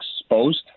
exposed